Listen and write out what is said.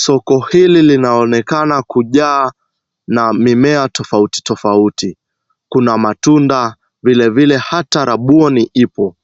Soko hili linaonekana kujaa na mimea tofauti tofauti, kuna matunda vilevile hata rabuoni ipo.